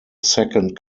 second